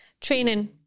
training